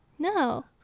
No